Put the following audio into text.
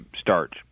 starch